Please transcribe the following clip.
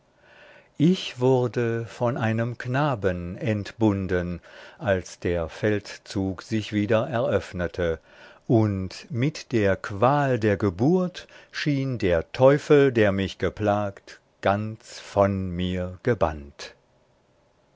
ich wurde von einem knaben entbunden als der feldzug sich wieder eröffnete und mit der qual der geburt schien der teufel der mich geplagt ganz von mir gebannt